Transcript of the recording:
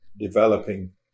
developing